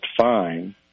fine